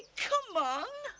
come on.